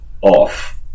off